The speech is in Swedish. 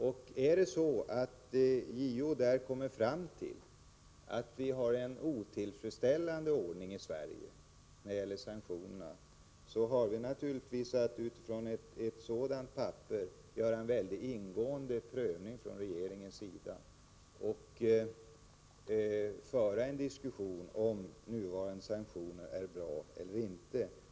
Om JO då kommer fram till att vi inte har en tillfredsställande ordning i Sverige när det gäller sanktionerna, har regeringen naturligtvis att utifrån detta göra en mycket ingående prövning. Vi måste då föra en diskussion om huruvida nuvarande sanktioner är bra eller inte.